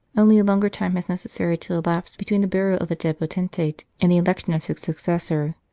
only a longer time has necessarily to elapse between the burial of the dead potentate and the election of his successor.